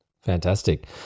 fantastic